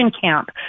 camp